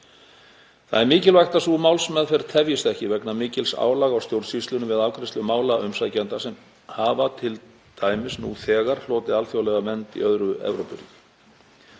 Það er mikilvægt að sú málsmeðferð tefjist ekki vegna mikils álag á stjórnsýslunni við afgreiðslu mála umsækjenda sem hafa t.d. nú þegar hlotið alþjóðlega vernd í öðru Evrópuríki.